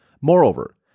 Moreover